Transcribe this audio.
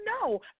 no